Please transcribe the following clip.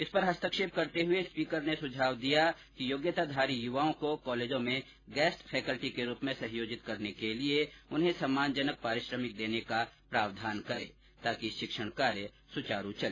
इस पर हस्तक्षेप करते हुए स्पीकर ने सुझाव दिया कि योग्यताधारी युवाओं को कॉलेजों में गेस्ट फैकल्टी के रूप में सहयोजित करने के लिए उन्हें सम्मानजनक पारिश्रमिक देने का प्रावधान करें ताकि शिक्षण कार्य सुचारू चले